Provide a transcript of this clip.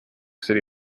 city